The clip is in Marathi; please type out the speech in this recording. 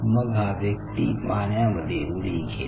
मग हा व्यक्ती पाण्यामध्ये उडी घेतो